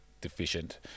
deficient